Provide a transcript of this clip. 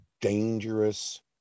dangerous